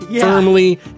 Firmly